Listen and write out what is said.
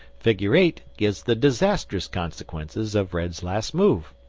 figure eight gives the disastrous consequences of red's last move.